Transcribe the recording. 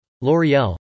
L'Oreal